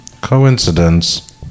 Coincidence